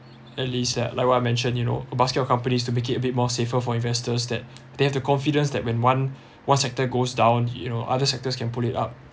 at least like like what I mentioned you know a basket of companies to make it a bit more safer for investors that they have the confidence that when one one sector goes down you know other sectors can pull it up